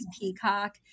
peacock